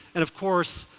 and of course,